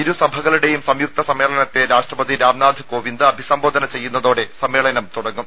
ഇരുസഭകളുടെയും സംയുക്ത സമ്മേളനത്തെ രാഷ്ട്രപതി രാം നാഥ് കോവിന്ദ് അഭിസംബോധന ചെയ്യുന്നതോടെ സമ്മേളനം തുടങ്ങും